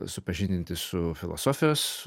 supažindinti su filosofijos